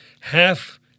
half –